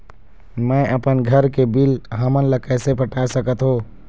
मैं अपन घर के बिल हमन ला कैसे पटाए सकत हो?